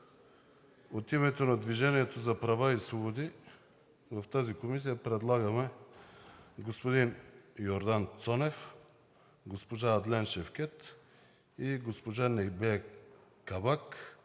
от името на „Движение за права и свободи“ в тази комисия предлагаме: господин Йордан Цонев, госпожа Адлен Шевкед и госпожа Небие Кабак,